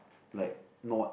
like not